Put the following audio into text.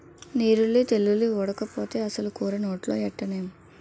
నీరుల్లి తెల్లుల్లి ఓడకపోతే అసలు కూర నోట్లో ఎట్టనేం